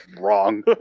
wrong